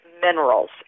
minerals